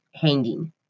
hanging